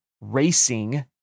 racing